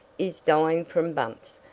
is dying from bumps,